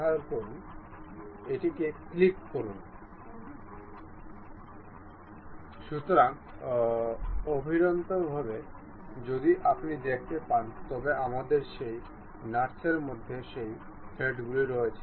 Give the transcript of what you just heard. আমরা মেট থেকে উন্নত মেটর কাছে যাব তারপরে এখানে আমাদের একটি লিনিয়ার কাপলার রয়েছে